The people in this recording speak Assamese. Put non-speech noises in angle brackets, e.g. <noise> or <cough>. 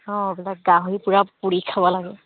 অঁ <unintelligible> গাহৰি পুৰা পুৰি খাব লাগে